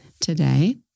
today